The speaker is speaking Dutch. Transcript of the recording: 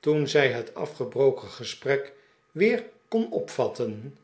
toen zij het afgebroken gesprek weer kon opvatten